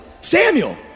Samuel